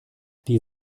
die